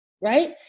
right